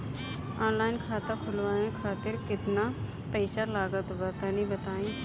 Online खाता खूलवावे खातिर केतना पईसा लागत बा तनि बताईं?